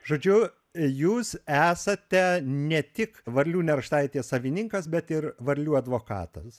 žodžiu jūs esate ne tik varlių nerštavietės savininkas bet ir varlių advokatas